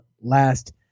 last